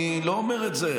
אני לא אומר את זה.